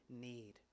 need